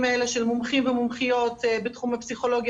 האלה של מומחים ומומחיות בתחום הפסיכולוגיה,